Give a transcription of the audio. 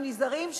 אנחנו נזהרים,